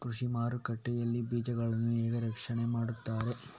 ಕೃಷಿ ಮಾರುಕಟ್ಟೆ ಯಲ್ಲಿ ಬೀಜಗಳನ್ನು ಹೇಗೆ ರಕ್ಷಣೆ ಮಾಡ್ತಾರೆ?